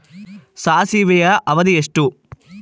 ಸಾಸಿವೆಯ ಅವಧಿ ಎಷ್ಟು?